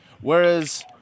Whereas